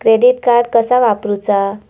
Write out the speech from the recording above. Credit card कसा वापरूचा?